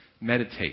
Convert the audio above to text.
Meditate